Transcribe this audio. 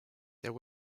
there